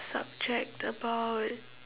subject about